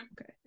Okay